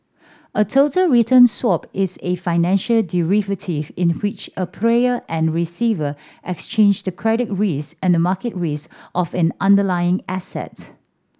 a total return swap is a financial derivative in which a payer and receiver exchange the credit risk and market risk of an underlying asset